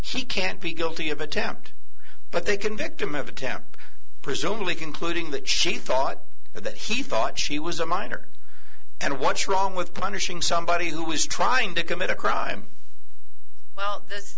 he can't be guilty of attempted but they convict him of a temp presumably concluding that she thought that he thought she was a monitor and what's wrong with punishing somebody who was trying to commit a crime well th